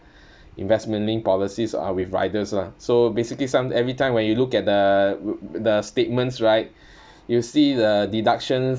investment linked policies uh with riders lah so basically some every time when you look at the the statements right you'll see the deductions